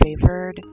favored